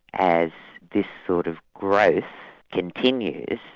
as this sort of growth continues,